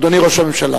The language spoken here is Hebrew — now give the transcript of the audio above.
אדוני ראש הממשלה.